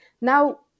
Now